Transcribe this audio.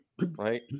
right